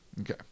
Okay